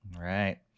right